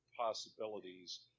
possibilities